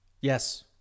Yes